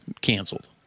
canceled